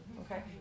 okay